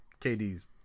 KD's